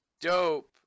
dope